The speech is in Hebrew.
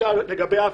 לגבי ההפרטה,